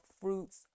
fruits